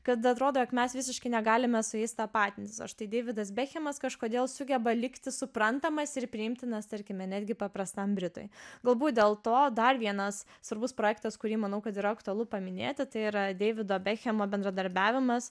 kad atrodo jog mes visiškai negalime su jais tapatintis o štai deividas bekhemas kažkodėl sugeba likti suprantamas ir priimtinas tarkime netgi paprastam britui galbūt dėl to dar vienas svarbus projektas kurį manau kad yra aktualu paminėti tai yra deivido bekhemo bendradarbiavimas